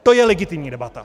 To je legitimní debata.